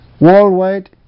worldwide